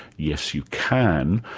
yes, you can.